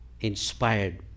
inspired